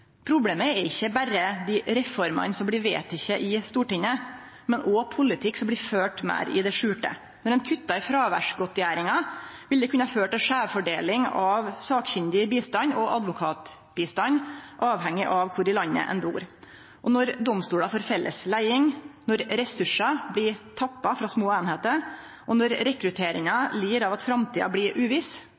Problemet er ikkje berre dei reformene som blir vedtekne i Stortinget, men også politikk som blir ført meir i det skjulte. Når ein kuttar i fråværsgodtgjeringa, vil det kunne føre til skeivfordeling av sakkyndig bistand og advokatbistand, avhengig av kvar i landet ein bur. Når domstolar får felles leiing, når ressursar blir tappa frå små einingar, og når rekrutteringa lir under at framtida blir uviss,